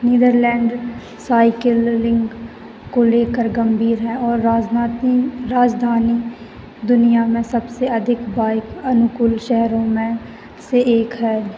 Netherlands cycling को लेकर गंभीर है और राजनात राजधानी दुनिया में सबसे अधिक बाइक अनुकूल शहरों में से एक है